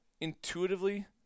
intuitively